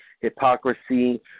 hypocrisy